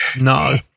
No